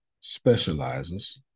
specializes